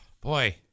Boy